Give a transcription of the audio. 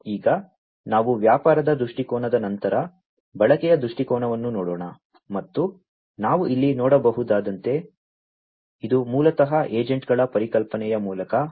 ಈಗ ನಾವು ವ್ಯಾಪಾರದ ದೃಷ್ಟಿಕೋನದ ನಂತರ ಬಳಕೆಯ ದೃಷ್ಟಿಕೋನವನ್ನು ನೋಡೋಣ ಮತ್ತು ನಾವು ಇಲ್ಲಿ ನೋಡಬಹುದಾದಂತೆ ಇದು ಮೂಲತಃ ಏಜೆಂಟ್ಗಳ ಪರಿಕಲ್ಪನೆಯ ಮೂಲಕ ಮಾರ್ಗದರ್ಶಿಸಲ್ಪಡುತ್ತದೆ